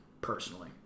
personally